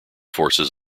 forces